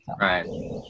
Right